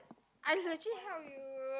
I legit help you